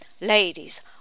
Ladies